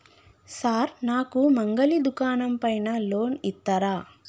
Sir నాకు మంగలి దుకాణం పైన లోన్ ఇత్తరా?